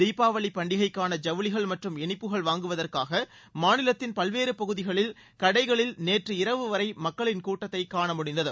தீபாவளி பண்டிகைக்காக ஐவுளிகள் மற்றும் இனிப்புகள் வாங்குவதற்காக மாநிலத்தின் பல்வேறு பகுதிகளில் கடைகளில் நேற்று இரவு வரை மக்களின் கூட்டத்தை காண முடிந்தது